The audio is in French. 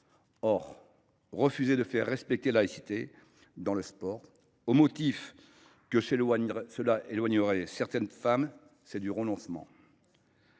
Or refuser de faire respecter la laïcité dans le sport, au motif que cela éloignerait certaines femmes, c’est, je le